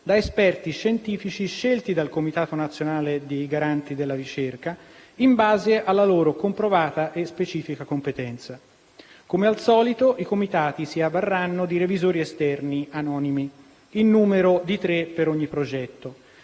da esperti scientifici scelti dal Comitato nazionale dei garanti della ricerca in base alla loro comprovata e specifica competenza. Come al solito, i comitati si avvarranno di revisori esterni anonimi (in numero di tre per ogni progetto),